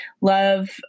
love